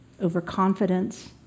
overconfidence